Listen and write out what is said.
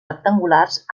rectangulars